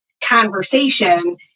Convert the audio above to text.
conversation